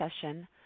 session